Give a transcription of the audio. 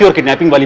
ah kidnapping but